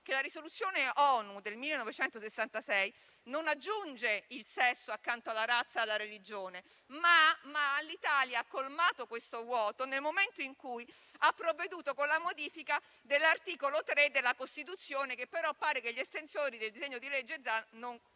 che la risoluzione ONU del 1966 non aggiunge il sesso accanto alla razza e alla religione, ma l'Italia ha colmato questo vuoto nel momento in cui ha provveduto con la modifica dell'articolo 3 della Costituzione, che però sembra che gli estensori del disegno di legge Zan non riconoscano.